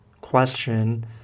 question